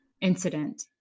incident